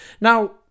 Now